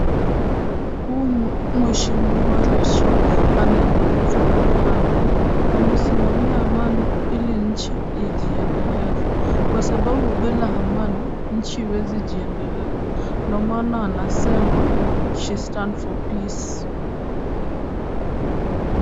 Huu mheshimiwa Rachel anaendeleza amani. Amesimamia amani ili nchi ijiendeleze kwa sababu bila amani nchi haiwezi jiendeleza. Ndio maana anasema she stands for peace .